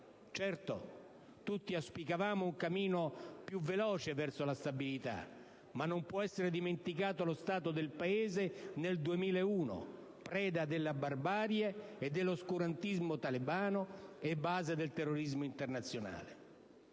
Certo, tutti auspicavano un cammino più veloce verso la stabilità, ma non può essere dimenticato lo stato del Paese nel 2001, preda della barbarie e dell'oscurantismo talebano e base del terrorismo internazionale.